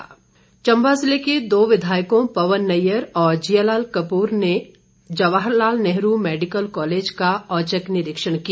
औचक निरीक्षण चंबा जिले के दो विधायकों पवन नैयर और जिया लाल ने जवाहर लाल नेहरू मैडिकल कॉलेज का औचक निरीक्षण किया